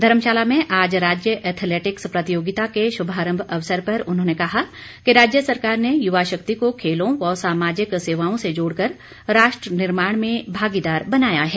धर्मशाला में आज राज्य एथेलैटिक्स प्रतियोगिता के शुभारंभ अवसर पर उन्होंने कहा कि राज्य सरकार ने युवा शक्ति को खेलों व सामाजिक सेवाओं से जोड़ कर राष्ट्र निर्माण में भागीदार बनाया है